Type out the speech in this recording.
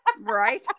right